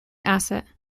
asset